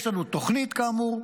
יש לנו תוכנית, כאמור,